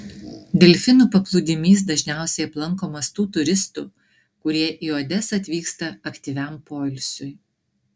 delfinų paplūdimys dažniausiai aplankomas tų turistų kurie į odesą atvyksta aktyviam poilsiui